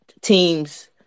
team's